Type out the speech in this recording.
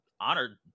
honored